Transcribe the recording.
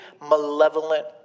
malevolent